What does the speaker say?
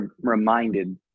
reminded